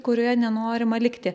kurioje nenorima likti